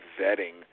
vetting